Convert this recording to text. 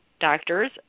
doctors